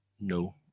No